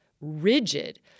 rigid